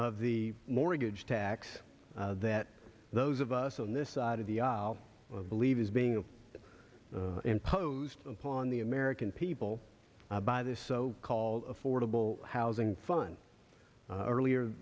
of the mortgage tax that those of us on this side of the aisle believe is being imposed upon the american people by this so called affordable housing fun earlier